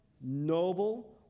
noble